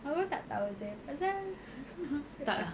aku tak tahu seh pasal